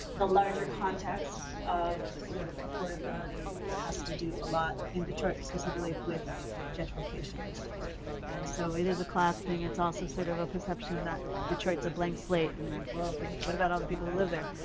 the larger context of sort of affordability has to do a lot in detroit, specifically with gentrification. and and so it is a class thing. it's also sort of a perception that detroit's a blank slate and then, well okay what about all the people who live there?